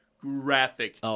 graphic